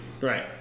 Right